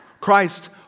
Christ